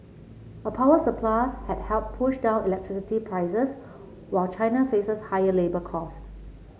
a power surplus has helped push down electricity prices while China faces higher labour cost